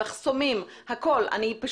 שמים מחסומים וכולי.